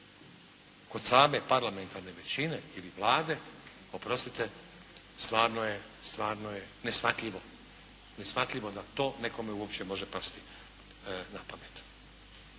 kod same parlamentarne većine ili Vlade, oprostite stvarno je neshvatljivo, neshvatljivo da to nekome uopće može pasti na pamet.